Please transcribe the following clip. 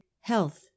health